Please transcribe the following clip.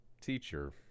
teacher